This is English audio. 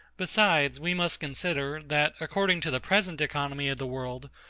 besides, we must consider, that, according to the present economy of the world,